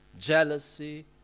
jealousy